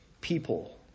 people